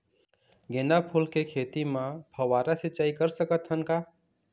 गेंदा फूल के खेती म फव्वारा सिचाई कर सकत हन का?